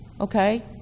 okay